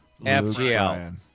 FGL